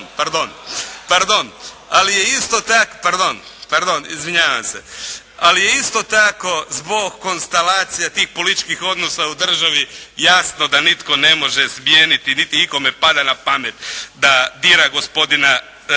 pardon Zuboviću, ali je isto tako zbog konstalacija tih političkih odnosa u državi, jasno da nitko ne može smijeniti niti ikome pada na pamet da dira gospodina Dragičevića.